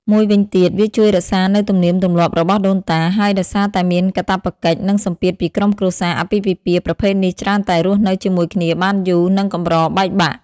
មួយវិញទៀត វាជួយរក្សានូវទំនៀមទម្លាប់របស់ដូនតា ហើយដោយសារតែមានកាតព្វកិច្ច និងសម្ពាធពីក្រុមគ្រួសារ អាពាហ៍ពិពាហ៍ប្រភេទនេះច្រើនតែរស់នៅជាមួយគ្នាបានយូរ និងកម្របែកបាក់។